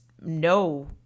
no